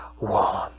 warm